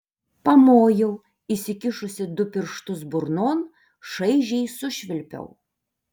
pamojau įsikišusi du pirštus burnon šaižiai sušvilpiau